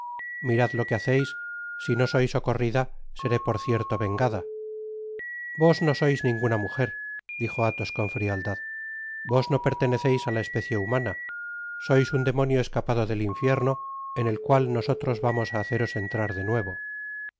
mirad lo que haceis si no soy socorrida seré por cierto vengada vos no sois ninguna mujer dijo athos con frialdad vos no perteneceis á la especie humana sois un demonio escapado det infierno en el cual nosotros vamos á haceros entrar de nuevo